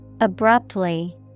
Abruptly